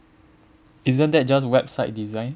isn't that just website design